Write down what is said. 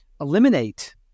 eliminate